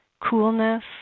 coolness